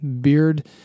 beard